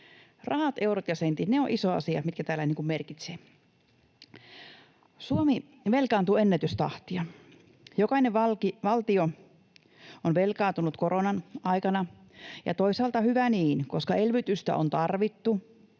Rahat, eurot ja sentit ovat isoja asioita, mitkä täällä merkitsevät. Suomi velkaantuu ennätystahtia. Jokainen valtio on velkaantunut koronan aikana, ja toisaalta hyvä niin, koska elvytystä on tarvittu,